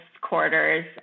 quarter's